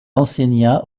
enseigna